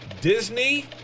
Disney